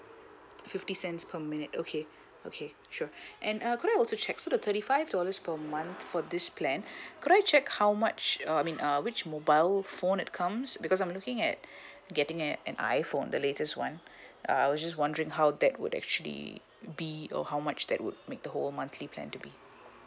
fifty cents per minute okay okay sure and uh could I also check so the thirty five dollars per month for this plan could I check how much uh I mean uh which mobile phone that comes because I'm looking at getting an an iphone the latest one uh I was just wondering how that would actually be or how much that would make the whole monthly plan to be